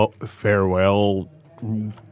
farewell